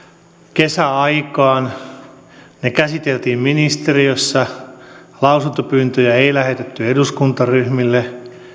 kesäaikaan ne käsiteltiin ministeriössä lausuntopyyntöjä ei lähetetty eduskuntaryhmille